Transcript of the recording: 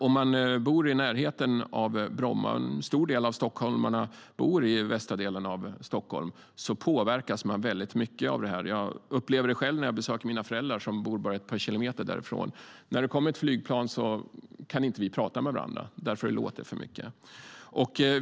Om man bor i närheten av Bromma - en stor del av stockholmarna bor i västra delen av Stockholm - påverkas man väldigt mycket av det här. Jag upplever det själv när jag besöker mina föräldrar som bor bara ett par kilometer därifrån. När det kommer ett flygplan kan vi inte prata med varandra eftersom det låter för mycket.